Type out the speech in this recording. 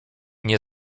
nie